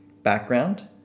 background